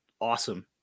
awesome